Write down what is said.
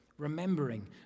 remembering